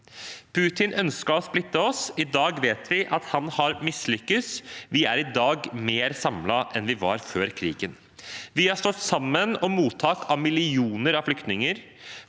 Putin ønsket å splitte oss; i dag vet vi at han har mislykkes – vi er i dag mer samlet enn vi var før krigen. Vi har stått sammen om mottak av millioner av flyktninger,